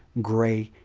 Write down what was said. grey,